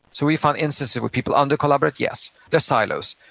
so we found instances, would people under-collaborate? yes. they're silos,